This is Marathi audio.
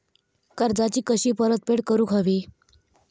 कर्जाची कशी परतफेड करूक हवी?